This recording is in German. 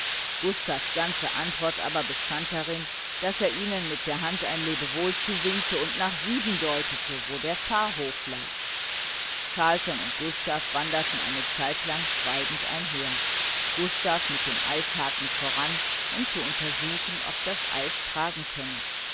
gustavs ganze antwort aber bestand darin daß er ihnen mit der hand ein lebewohl zuwinkte und nach süden deutete wo der pfarrhof lag carlsson und gustav wanderten eine zeitlang schweigend einher gustav mit dem eishaken voran um zu untersuchen ob das eis tragen könne